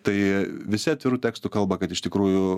tai visi atviru tekstu kalba kad iš tikrųjų